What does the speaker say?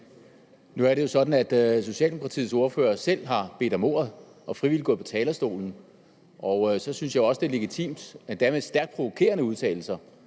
Nu er det jo sådan, at Socialdemokratiets ordfører selv har bedt om ordet og frivilligt er gået på talerstolen – endda med stærkt provokerende udtalelser